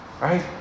right